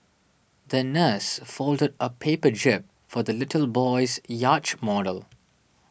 the nurse folded a paper jib for the little boy's yacht model